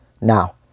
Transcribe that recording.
Now